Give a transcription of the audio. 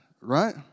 right